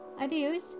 adios